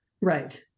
right